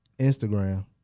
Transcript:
Instagram